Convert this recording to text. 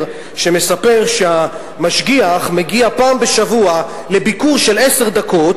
שמספר שהמשגיח מגיע פעם בשבוע לביקור של עשר דקות.